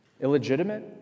Illegitimate